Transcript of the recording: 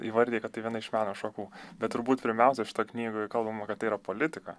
įvardija kad tai viena iš meno šakų bet turbūt pirmiausia šitoj knygoj kalbama kad tai yra politika